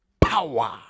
Power